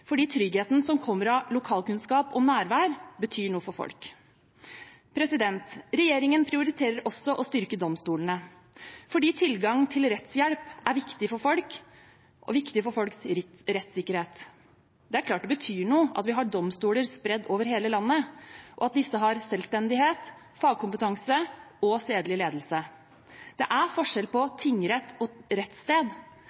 fordi den tryggheten som kommer av lokalkunnskap og nærvær, betyr noe for folk. Regjeringen prioriterer også å styrke domstolene, fordi tilgang til rettshjelp er viktig for folk og for folks rettssikkerhet. Det er klart det betyr noe at vi har domstoler spredd over hele landet, og at disse har selvstendighet, fagkompetanse og stedlig ledelse. Det er forskjell